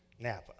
Napa